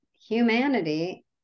humanity